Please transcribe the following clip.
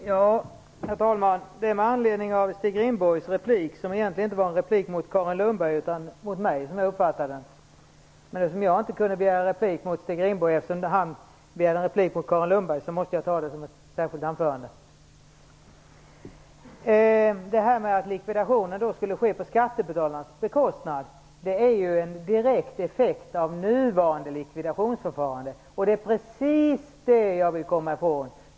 Herr talman! Jag har begärt ordet med anledning av Stig Rindborgs replik, som egentligen inte var riktad till Carin Lundberg utan till mig, som jag uppfattade det. Men eftersom jag inte kunde begära replik på Stig Rindborg, eftersom han begärde replik på Carin Lundberg, var jag tvungen att begära ordet för ett särskilt anförande. Stig Rindborg sade att likvidationen skulle ske på skattebetalarnas bekostnad. Detta är en effekt av nuvarande likvidationsförfarande, och det är precis det jag vill komma ifrån.